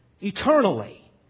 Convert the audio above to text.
eternally